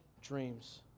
dreams